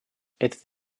этот